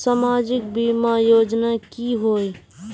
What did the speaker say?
सामाजिक बीमा योजना की होय?